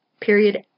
Period